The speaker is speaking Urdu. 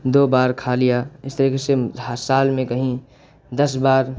دو بار کھا لیا اس طریقے سے ہر سال میں کہیں دس بار